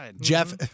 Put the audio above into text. Jeff